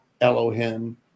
Elohim